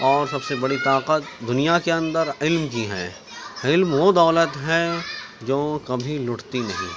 اور سب سے بڑی طاقت دنیا کے اندر علم ہی ہے علم وہ دولت ہے جو کبھی لٹتی نہیں